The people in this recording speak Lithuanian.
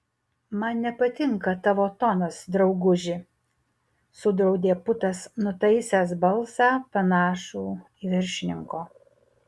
man nepatinka tavo tonas drauguži sudraudė putas nutaisęs balsą panašų į viršininko